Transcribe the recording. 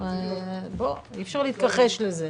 בוא, אי אפשר להתכחש לזה.